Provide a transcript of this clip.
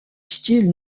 style